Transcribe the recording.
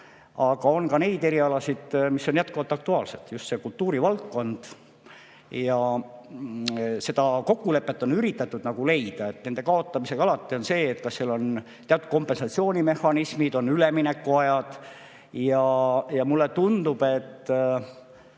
seal on ka neid erialasid, mis on jätkuvalt aktuaalsed, just kultuurivaldkonnas. Seda kokkulepet on üritatud leida. Nende kaotamisega on alati see, et seal on teatud kompensatsioonimehhanismid, on üleminekuajad. Mulle tundub, et